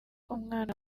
umwana